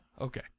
okay